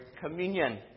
communion